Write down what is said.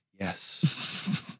Yes